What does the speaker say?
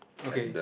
okay